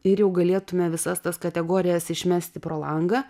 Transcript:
ir jau galėtume visas tas kategorijas išmesti pro langą